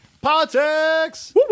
Politics